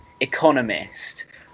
economist